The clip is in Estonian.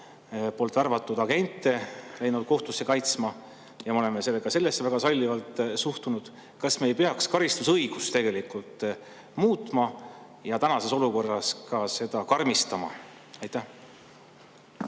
FSB värvatud agente kohtusse kaitsma, ja me oleme ka sellesse väga sallivalt suhtunud. Kas me ei peaks karistusõigust tegelikult muutma ja tänases olukorras seda karmistama? Aitäh